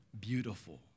beautiful